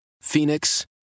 Phoenix